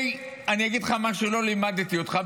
אגיד לך מה שלא לימדתי אותך,